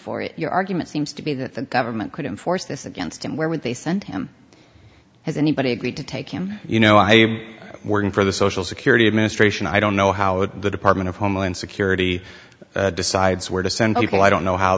for your argument seems to be that the government could enforce this against him where would they send him has anybody agreed to take him you know i working for the social security administration i don't know how the department of homeland security decides where to send people i don't know how